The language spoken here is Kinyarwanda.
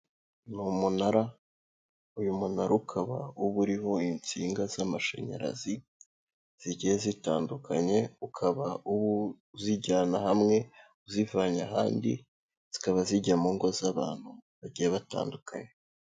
Ni umunara, uyu munara ukaba uba uriho insinga z'amashanyarazi zigiye zitandukanye, ukaba aba uzijyana hamwe uzivanye ahandi, zikaba zijya mu ngo z'abantu bagiye batandukanye.